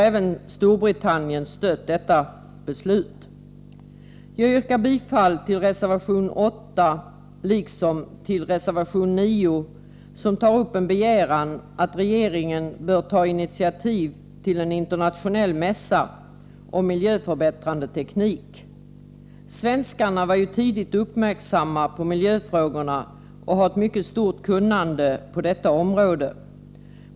Även Storbritannien har stött detta beslut. Jag yrkar bifall till reservation 8, liksom till reservation 9, där man tar upp en begäran att regeringen bör ta initiativ till en internationell mässa om miljöförbättrande teknik. Svenskarna var ju tidigit uppmärksamma på miljöfrågorna och har ett mycket stort kunnande på detta område.